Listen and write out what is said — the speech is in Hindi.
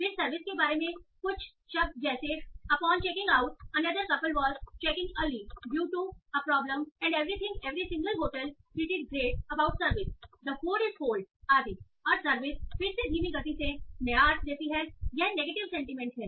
फिर सर्विस के बारे में कुछ जैसे upon checking out another couple was checking early due to a problem and everything every single hotel treated great about service the food is cold आदि और सर्विस फिर से धीमी गति से नया अर्थ देती है यह नेगेटिव सेंटीमेंट है